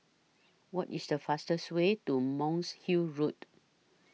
What IS The fastest Way to Monk's Hill Road